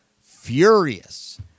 furious